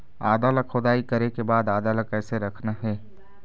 आदा ला खोदाई करे के बाद आदा ला कैसे रखना हे?